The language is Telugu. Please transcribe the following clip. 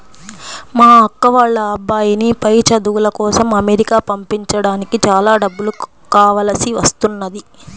మా అక్క వాళ్ళ అబ్బాయిని పై చదువుల కోసం అమెరికా పంపించడానికి చాలా డబ్బులు కావాల్సి వస్తున్నది